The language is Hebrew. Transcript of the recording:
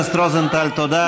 חבר הכנסת רוזנטל, תודה.